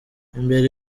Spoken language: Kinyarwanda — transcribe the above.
imbere